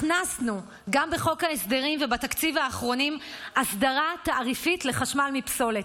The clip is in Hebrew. הכנסנו גם בחוק ההסדרים ובתקציב האחרונים הסדרה תעריפית לחשמל מפסולת.